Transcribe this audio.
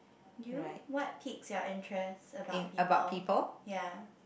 you what piques your interest about people ya